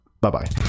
bye-bye